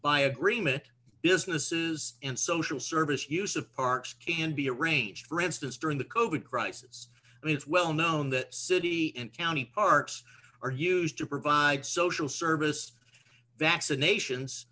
by agreement businesses and social service use of parks can be arranged for instance during the kobe crisis i mean it's well known that city and county parks are used to provide social service vaccinations